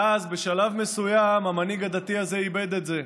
ואז, בשלב מסוים, המנהיג הדתי הזה איבד את זה: